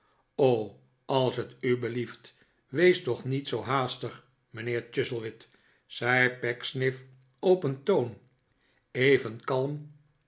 als t u belieft wees toch niet zoo haastig mijnheer chuzzlewit zei pecksniff op een toon even kalm